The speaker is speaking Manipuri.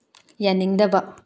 ꯌꯥꯅꯤꯡꯗꯕ